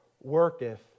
worketh